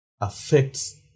affects